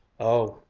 oh,